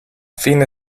fine